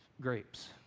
grapes